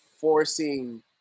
forcing